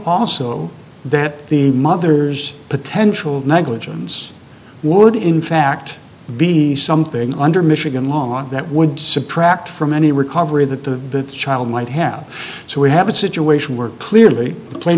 also that the mother's potential negligence would in fact be something under michigan law that would subtract from any recovery that the child might have so we have a situation where clearly the plain